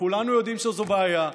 וכולנו יודעים שזו בעיה,